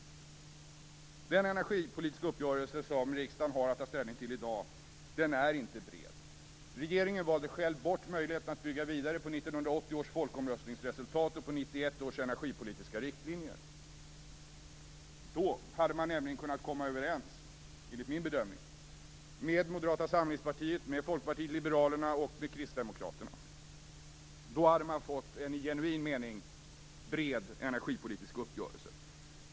Den energipolitiska uppgörelse som riksdagen har att ta ställning till i dag är inte bred. Regeringen valde bort möjligheten att bygga vidare på 1980 års folkomröstningsresultat och 1991 års energipolitiska riktlinjer. Då hade man nämligen kunnat komma överens med Moderata samlingspartiet, Folkpartiet liberalerna och Kristdemokraterna. Då hade man fått en i genuin mening bred energipolitisk uppgörelse.